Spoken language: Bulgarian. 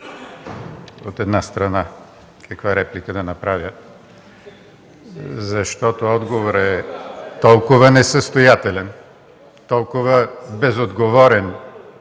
съм затруднен каква реплика да направя, защото отговорът е толкова несъстоятелен, толкова безотговорен